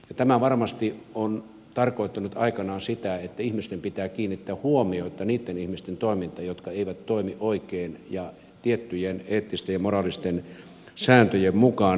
tämä varmasti on tarkoittanut aikanaan sitä että ihmisten pitää kiinnittää huomiota niitten ihmisten toimintaan jotka eivät toimi oikein ja tiettyjen eettisten ja moraalisten sääntöjen mukaan